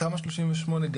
תמ"א 38,